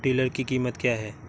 Tiller की कीमत क्या है?